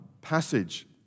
passage